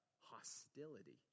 hostility